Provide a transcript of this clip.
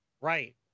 right